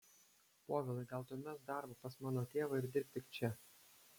povilai gal tu mesk darbą pas mano tėvą ir dirbk tik čia